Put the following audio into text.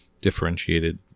differentiated